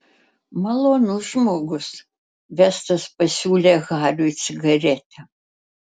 malonus žmogus vestas pasiūlė hariui cigaretę